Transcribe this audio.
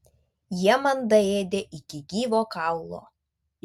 jie man daėdė iki gyvo kaulo